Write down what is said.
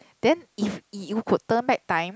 then if you could turn back time